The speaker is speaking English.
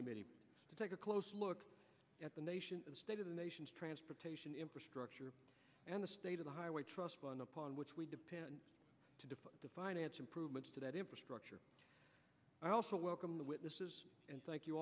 committee to take a close look at the nation state of the nation's transportation infrastructure and the state of the highway trust fund upon which we depend to finance improvements to that infrastructure i also welcome the witnesses thank you